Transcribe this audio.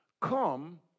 come